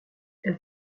elle